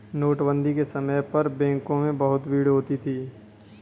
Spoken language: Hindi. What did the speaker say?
नोटबंदी के समय पर बैंकों में बहुत भीड़ होती थी